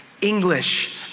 English